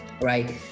right